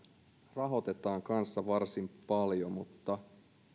rahoitetaan kanssa varsin paljon mutta